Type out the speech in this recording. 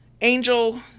Angel